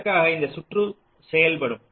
அதற்காக இந்த சுற்று செயல்படும்